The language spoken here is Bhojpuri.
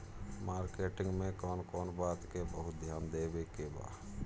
मार्केटिंग मे कौन कौन बात के बहुत ध्यान देवे के बा?